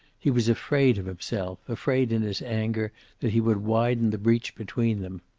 he was afraid of himself, afraid in his anger that he would widen the breach between them.